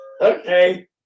Okay